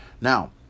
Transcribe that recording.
now